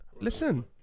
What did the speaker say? Listen